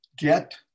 Get